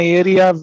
area